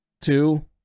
two